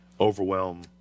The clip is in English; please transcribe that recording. overwhelm